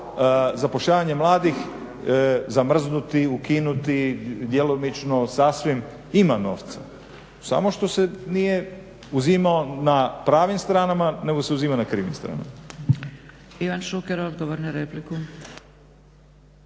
zapošljavanje mladih zamrznuti, ukinuti, djelomično, sasvim. Ima novca, samo što se nije uzimao na pravim stranama nego se uzima na krivim stranama.